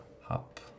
Hop